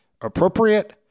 appropriate